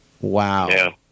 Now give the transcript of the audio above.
Wow